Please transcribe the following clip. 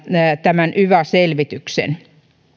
tämän yva selvityksen